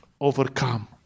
Overcome